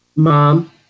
Mom